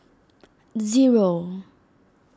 zero